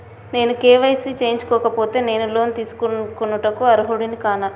నేను కే.వై.సి చేయించుకోకపోతే నేను లోన్ తీసుకొనుటకు అర్హుడని కాదా?